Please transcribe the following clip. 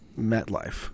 MetLife